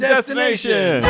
Destination